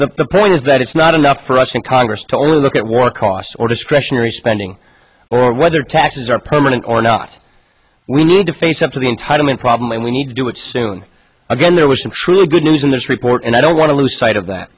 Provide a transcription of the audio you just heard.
so the point is that it's not enough for us in congress to only look at war costs or discretionary spending or whether taxes are permanent or not we need to face up to the entitlement problem and we need to do it soon again there was some good news in this report and i don't want to lose sight of that